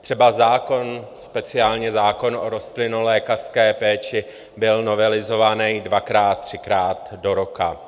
Třeba speciální zákon o rostlinolékařské péči byl novelizován dvakrát, třikrát do roka.